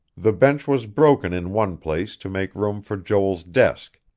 the bench was broken in one place to make room for joel's desk,